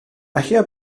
ella